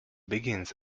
begins